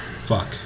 Fuck